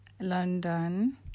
London